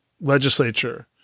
legislature